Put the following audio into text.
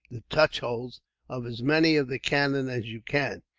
the touch holes of as many of the cannon as you can.